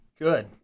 Good